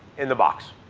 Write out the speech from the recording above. in the box.